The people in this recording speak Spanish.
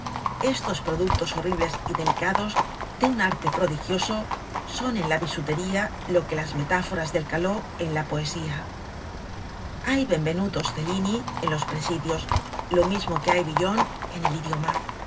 estos productos horribles y delicados de un arte prodigioso son en la bisutería lo que las metáforas del caló son en la poesía hay benvenutos cellini en los presidios lo mismo que hay villon en el idioma